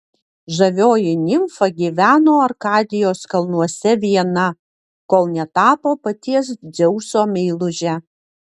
žavioji nimfa gyveno arkadijos kalnuose viena kol netapo paties dzeuso meiluže